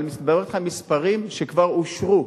אבל אני מדבר אתך על מספרים שכבר אושרו,